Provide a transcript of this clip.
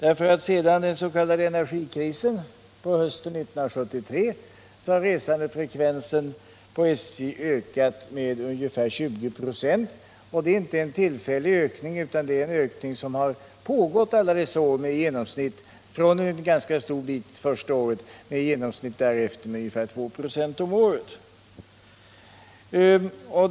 Efter den s.k. energikrisen hösten 1973 har resandefrekvensen på SJ ökat med ungefär 20 96. Det är inte en tillfällig ökning utan det är en ökning som har pågått i alla dessa år, med en ganska stor bit det första året och därefter med ett genomsnitt på ca 2 96 om året.